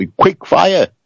quick-fire